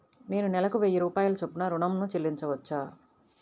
నేను నెలకు వెయ్యి రూపాయల చొప్పున ఋణం ను చెల్లించవచ్చా?